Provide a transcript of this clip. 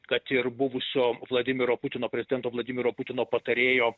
kad ir buvusio vladimiro putino prezidento vladimiro putino patarėjo